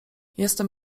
jestem